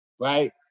right